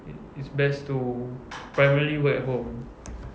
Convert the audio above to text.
it it's best to primarily work at home